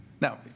Now